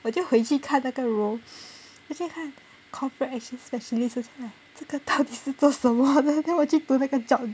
我就回去看那个 role actually 看 corporate specialist 这个到底是做什么的 then 我去读那个 job